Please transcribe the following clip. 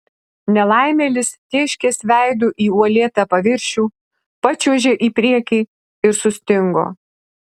nelaimėlis tėškės veidu į uolėtą paviršių pačiuožė į priekį ir sustingo